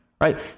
right